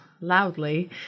loudly